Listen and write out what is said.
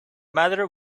matter